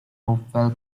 hopewell